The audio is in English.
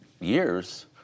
years